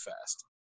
fast